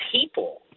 people